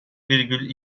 virgül